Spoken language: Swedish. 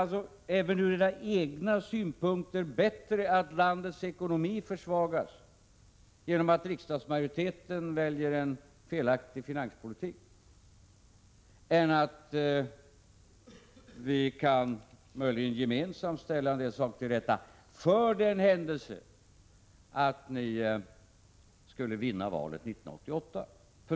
Är det även ur era egna synpunkter bättre att landets ekonomi försvagas genom att riksdagsmajoriteten väljer en felaktig finanspolitik än att vi möjligen gemensamt kan ställa en del saker till rätta — för den händelse ni skulle vinna valet 1988?